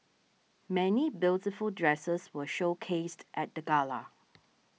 many beautiful dresses were showcased at the gala